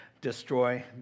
destroy